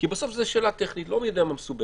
כי בסוף זו שאלה טכנית לא מי יודע מה מסובכת,